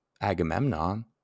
Agamemnon